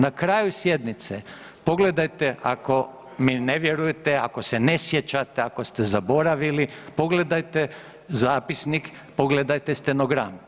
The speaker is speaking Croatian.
Na kraju sjednice pogledajte, ako mi ne vjerujete, ako se ne sjećate, ako ste zaboravili, pogledajte zapisnik, pogledajte stenogram.